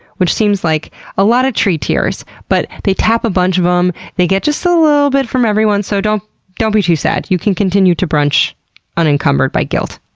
which seems like a lot of tree tears, but they tap a bunch of em, um they get just a little bit from everyone, so don't don't be too sad. you can continue to brunch unencumbered by guilt.